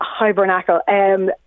hibernacle